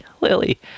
lily